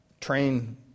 train